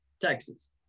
Texas